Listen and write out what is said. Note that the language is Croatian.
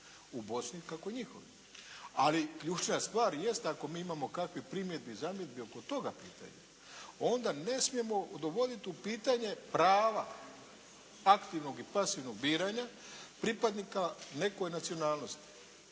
u Bosni kako njihovim. Ali ključna stvar jeste ako mi imamo kakvih primjedbi, zamjedbi oko toga pitanja, onda ne smijemo dovoditi u pitanje prava aktivnog i pasivnog biranja pripadnika nekoj nacionalnosti